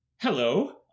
Hello